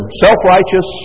self-righteous